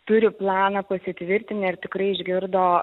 turi planą pasitvirtinę ir tikrai išgirdo